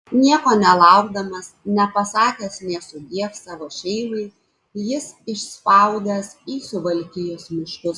nieko nelaukdamas nepasakęs nė sudiev savo šeimai jis išspaudęs į suvalkijos miškus